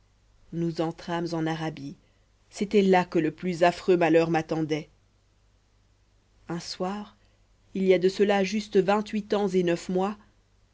nous entrâmes en arabie c'était là que le plus affreux malheur m'attendait un soir il y a de cela juste vingt-huit ans et neuf mois